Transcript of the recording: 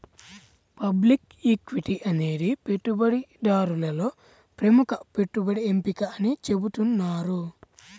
public equity అనేది పెట్టుబడిదారులలో ప్రముఖ పెట్టుబడి ఎంపిక అని చెబుతున్నారు